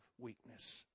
weakness